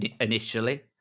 initially